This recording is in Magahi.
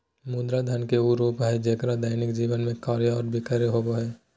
मुद्रा धन के उ रूप हइ जेक्कर दैनिक जीवन में क्रय और विक्रय होबो हइ